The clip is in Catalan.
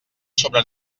sobre